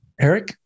Eric